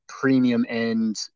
premium-end